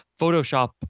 Photoshop